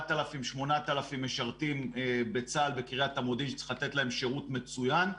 8,000-7,000 משרתים בצה"ל בקרית המודיעין שצריך לתת להם שירות מצוין,